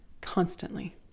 constantly